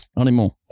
anymore